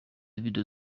video